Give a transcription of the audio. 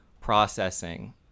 processing